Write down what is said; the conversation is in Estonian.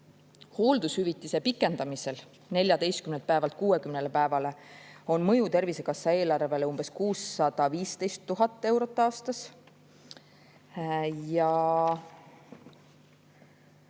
Hooldushüvitise pikendamisel 14 päevalt 60 päevale on mõju Tervisekassa eelarvele umbes 615 000 eurot aastas.